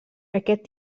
aquest